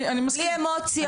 אני מסכים,